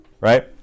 right